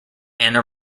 ana